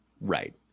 Right